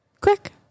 Quick